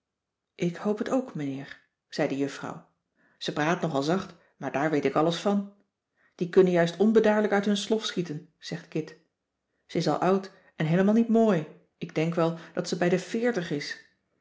ik hoop het ook meneer zei de juffrouw ze praat nogal zacht maar daar weet ik alles van die kunnen juist onbedaarlijk uit hun slof schieten zegt kit ze is al oud en heelemaal niet mooi ik denk wel dat ze bij de veertig is